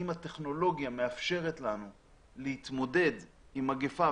אם הטכנולוגיה מאפשרת לנו להתמודד עם מגיפה,